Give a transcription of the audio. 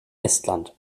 estland